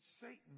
Satan